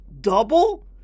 Double